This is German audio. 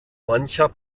mancher